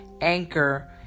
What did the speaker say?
Anchor